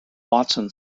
watson